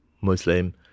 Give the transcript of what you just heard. Muslim